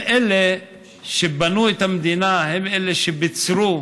הם אלה שבנו את המדינה, הם אלה שביצרו